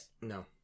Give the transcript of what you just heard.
No